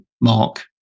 Mark